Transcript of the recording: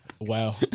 Wow